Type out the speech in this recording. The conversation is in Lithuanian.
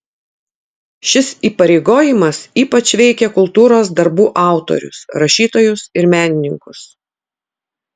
šis įpareigojimas ypač veikia kultūros darbų autorius rašytojus ir menininkus